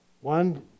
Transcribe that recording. One